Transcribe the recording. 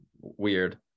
Weird